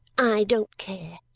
i don't care!